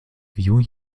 viewing